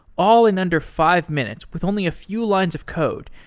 all in under five minutes with only a few lines of code.